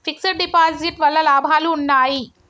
Fix డ్ deposit వల్ల లాభాలు ఉన్నాయి?